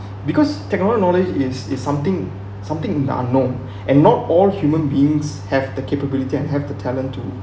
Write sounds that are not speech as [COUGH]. because techno~ knowledge is is something something in the unknown [BREATH] and not all human beings have the capability and have the talent to